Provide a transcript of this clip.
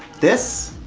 this